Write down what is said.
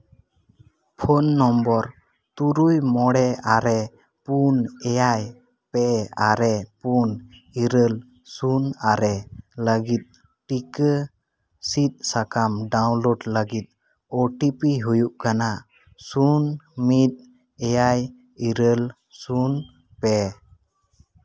phone number ᱛᱩᱨᱩᱭ ᱢᱚᱬᱮ ᱟᱨᱮ ᱯᱩᱱ ᱮᱭᱟᱭ ᱯᱮ ᱟᱨᱮ ᱯᱩᱱ ᱤᱨᱟᱹᱞ ᱥᱩᱱ ᱟᱨᱮ ᱞᱟᱹᱜᱤᱫ ᱴᱤᱠᱟᱹ ᱥᱤᱫ ᱥᱟᱠᱟᱢ ᱰᱟᱣᱩᱱᱞᱳᱰ ᱞᱟᱹᱜᱤᱫ ᱳ ᱴᱤ ᱯᱤ ᱦᱩᱭᱩᱜ ᱠᱟᱱᱟ ᱥᱩᱱ ᱢᱤᱫ ᱮᱭᱟᱭ ᱤᱨᱟᱹᱞ ᱥᱩᱱ ᱯᱮ